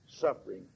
suffering